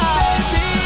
baby